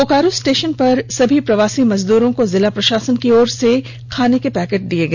Bokaro station पर सभी प्रवासी मजदूरो को जिला प्रशासन की ओर से खाने का पैकेट दिया गया